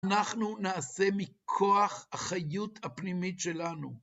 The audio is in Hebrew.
אנחנו נעשה מכוח החיות הפנימית שלנו.